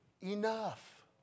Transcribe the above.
enough